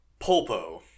Polpo